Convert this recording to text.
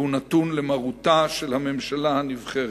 והוא נתון למרותה של הממשלה הנבחרת.